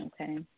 Okay